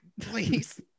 please